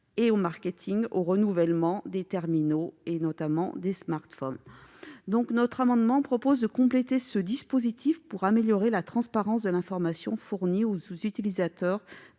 encourageant le renouvellement des terminaux, notamment des smartphones. Nous proposons de compléter ce dispositif pour améliorer la transparence de l'information fournie aux utilisateurs